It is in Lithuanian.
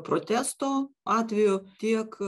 protesto atveju tiek